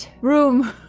room